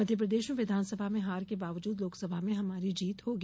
मध्यप्रदेश में विधानसभा में हार के बावजूद लोकसभा में हमारी जीत होगी